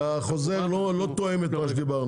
כי החוזר לא תואם את מה שדיברנו.